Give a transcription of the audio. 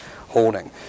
holding